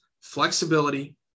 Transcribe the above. Flexibility